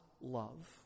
love